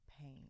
pain